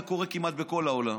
זה קורה כמעט בכל העולם,